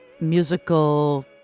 musical